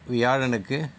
வியாழனுக்கு